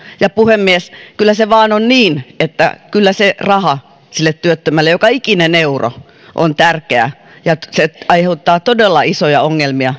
puhemies kyllä se vain on niin että kyllä se raha sille työttömälle joka ikinen euro on tärkeä ja se aiheuttaa todella isoja ongelmia